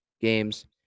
games